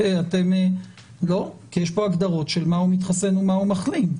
כי יש כאן הגדרות של מהו מתחסן ומהו מחלים.